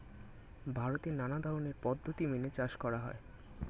ভারতে নানা ধরনের পদ্ধতি মেনে চাষ করা হয়